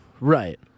Right